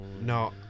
No